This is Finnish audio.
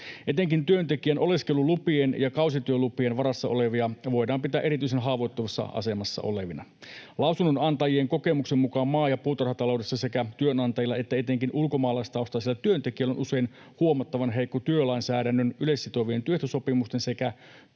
Etenkin työntekijän oleskelulupien ja kausityölupien varassa olevia voidaan pitää erityisen haavoittuvassa asemassa olevina. Lausunnonantajien kokemuksen mukaan maa‑ ja puutarhataloudessa sekä työnantajilla että etenkin ulkomaalaistaustaisilla työntekijöillä on usein huomattavan heikko työlainsäädännön, yleissitovien työehtosopimusten sekä